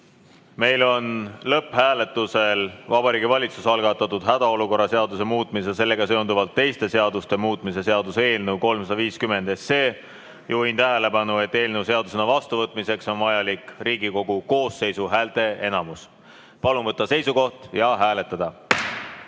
Meil on lõpphääletusel Vabariigi Valitsuse algatatud hädaolukorra seaduse muutmise ja sellega seonduvalt teiste seaduste muutmise seaduse eelnõu 350. Juhin tähelepanu, et eelnõu seadusena vastuvõtmiseks on vajalik Riigikogu koosseisu häälteenamus. Palun võtta seisukoht ja hääletada!